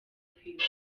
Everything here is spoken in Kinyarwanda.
kwibuka